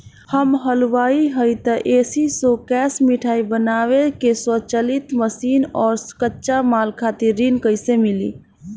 हम हलुवाई हईं त ए.सी शो कैशमिठाई बनावे के स्वचालित मशीन और कच्चा माल खातिर ऋण कइसे मिली?